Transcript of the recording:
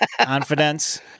confidence